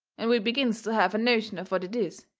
and we begins to have a notion of what it is.